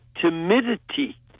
timidity